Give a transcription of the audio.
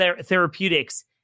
therapeutics